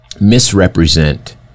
misrepresent